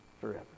forever